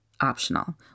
optional